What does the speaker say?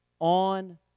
on